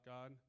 God